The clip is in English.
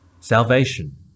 Salvation